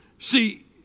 See